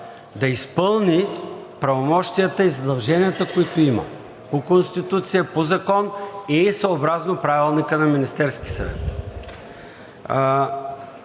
да изпълни правомощията и задълженията, които има по Конституция, по закон и съобразно Правилника на Министерския съвет.